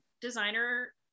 designer